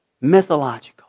Mythological